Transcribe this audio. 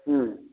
ம்